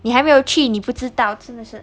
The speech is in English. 你还没有去你不知道真的是